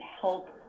help